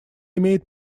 имеет